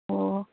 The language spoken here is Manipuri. ꯑꯣ